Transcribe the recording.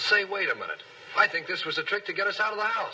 say wait a minute i think this was a trick to get us out